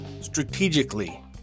strategically